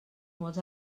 molts